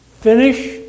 Finish